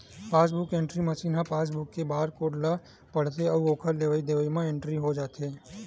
passbook entry machine ह passbook के barcode ल पड़थे अउ ओखर लेवई देवई ह इंटरी हो जाथे